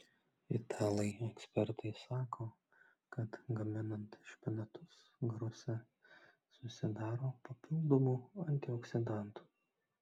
italai ekspertai sako kad gaminant špinatus garuose susidaro papildomų antioksidantų